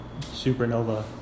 Supernova